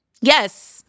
Yes